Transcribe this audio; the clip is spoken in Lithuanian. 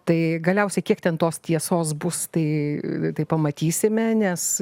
tai galiausiai kiek ten tos tiesos bus tai tai pamatysime nes